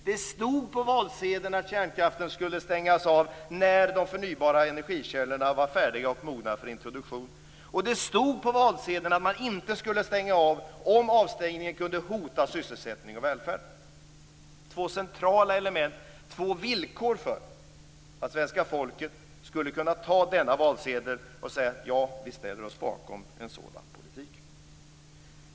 Det stod på valsedeln att kärnkraften skulle stängas av när de förnybara energikällorna var färdiga och mogna för introduktion. Det stod på valsedeln att man inte skulle stänga av om anstängningen kunde hota sysselsättningen och välfärden. Det var två centrala element och två villkor för att svenska folket skulle kunna ta denna valsedel och säga: Ja, vi ställer oss bakom en sådan politik.